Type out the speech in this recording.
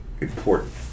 important